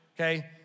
okay